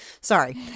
sorry